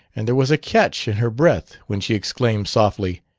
and there was a catch in her breath when she exclaimed softly,